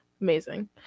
Amazing